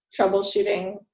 troubleshooting